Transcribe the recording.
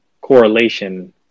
correlation